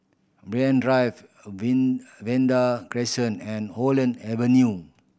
Banyan Drive Vanda Crescent and Holland Avenue